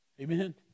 Amen